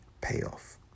payoff